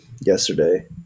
yesterday